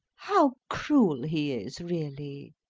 how cruel he is, really.